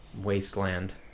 wasteland